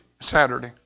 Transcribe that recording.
Saturday